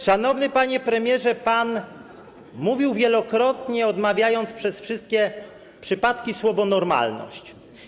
Szanowny panie premierze, pan mówił wielokrotnie, odmieniając przez wszystkie przypadki, słowo „normalność”